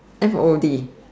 F o o